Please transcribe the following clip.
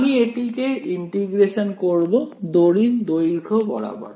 আমি এটিকে ইন্টিগ্রেশন করব দড়ির দৈর্ঘ্য বরাবর